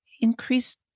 increase